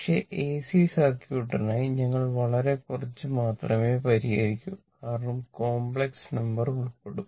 പക്ഷേ AC സർക്യൂട്ടിനായി ഞങ്ങൾ വളരെ കുറച്ച് മാത്രമേ പരിഹരിക്കൂ കാരണം കോംപ്ലക്സ് നമ്പർ ഉൾപ്പെടും